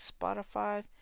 Spotify